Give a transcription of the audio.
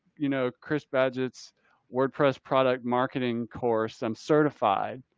you know, chris paget's wordpress product marketing course, i'm certified.